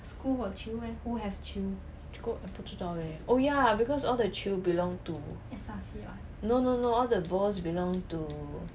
这个不知道 eh oh ya cause all the 球 belong to no no no all the balls belong to